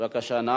בבקשה, נא